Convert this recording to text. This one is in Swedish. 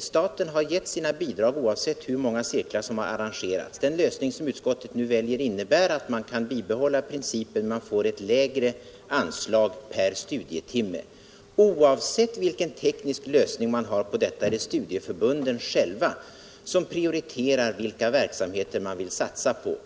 Staten har givit sitt bidrag oavsett hur många cirklar som arrangeras. Den lösning som utskottet nu väljer innebär att man kan bibehålla principen men får ett lägre anslag per studietimme. Oavsett vilken teknisk lösning som väljs är det studieförbunden själva som prioriterar vilka verksamheter de vill satsa på.